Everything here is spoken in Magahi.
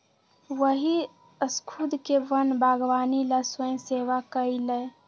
वही स्खुद के वन बागवानी ला स्वयंसेवा कई लय